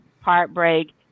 heartbreak